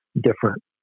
different